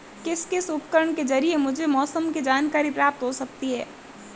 किस किस उपकरण के ज़रिए मुझे मौसम की जानकारी प्राप्त हो सकती है?